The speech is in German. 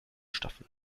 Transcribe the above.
staffel